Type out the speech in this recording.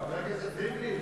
חבר הכנסת ריבלין,